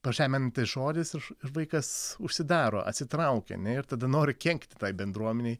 pažeminantis žodis iš ir vaikas užsidaro atsitraukia ne ir tada nori kenkti tai bendruomenei